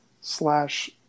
Slash